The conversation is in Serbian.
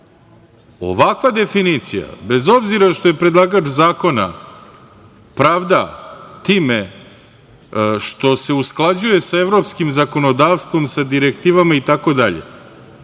nužna. Ovakva definicija, bez obzira što se predlagač zakona pravda time što se usklađuje sa evropskim zakonodavstvom, sa direktivama, itd.